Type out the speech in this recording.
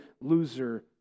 loser